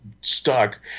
stuck